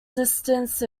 distance